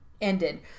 ended